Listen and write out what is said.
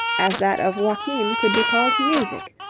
as that of joachim could be called music,